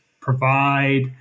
provide